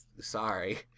Sorry